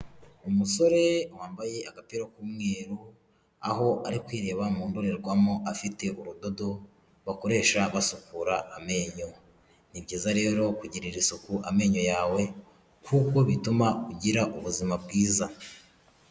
Umusore wambaye agapira k'umweru aho ari kwireba mu ndorerwamo afite ubudodo bakoresha basukura amenyo. Ni byiza rero kugirira isuku amenyo yawe kuko bituma ugira ubuzima bwiza.